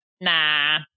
Nah